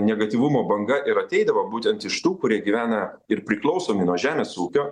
negatyvumo banga ir ateidavo būtent iš tų kurie gyvena ir priklausomi nuo žemės ūkio